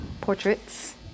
portraits